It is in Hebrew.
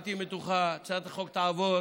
אל תהיי מתוחה, הצעת החוק תעבור